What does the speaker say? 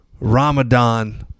Ramadan